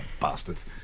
bastards